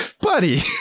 buddy